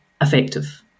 effective